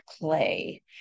play